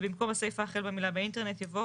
ובמקום הסעיף החל במילה "באינטרנט" יבוא